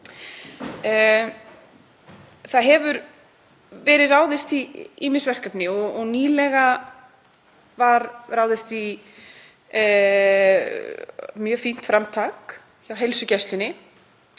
Það hefur verið ráðist í ýmis verkefni og nýlega var ráðist í mjög fínt framtak hjá heilsugæslunni.